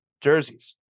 jerseys